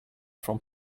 from